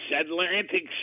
Atlantic